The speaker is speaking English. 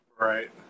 right